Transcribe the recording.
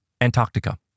Antarctica